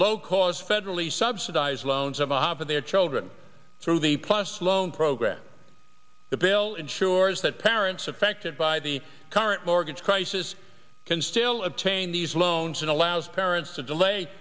low cost federally subsidized loans of a home for their children through the plus loan program the bail ensures that parents affected by the current mortgage crisis can still obtain these loans and allows parents to delay